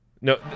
No